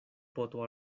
poto